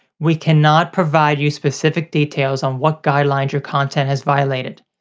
we cannot provide you specific details on what guideline your content has violated.